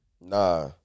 Nah